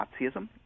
Nazism